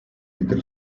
entre